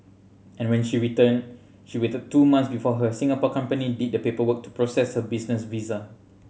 and when she returned she waited two months before her Singapore company did the paperwork to process her business visa